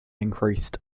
increased